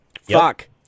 Fuck